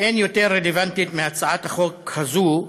אין יותר רלוונטית מהצעת החוק הזאת,